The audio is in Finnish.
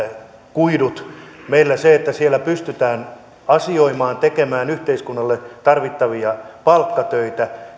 kuidut meillä sen mahdollistaminen että siellä pystytään asioimaan tekemään yhteiskunnalle tarvittavia palkkatöitä